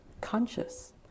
conscious